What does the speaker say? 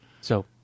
So-